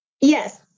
yes